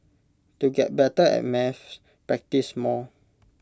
to get better at maths practise more